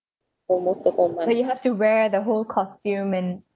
but you have to wear the whole costume and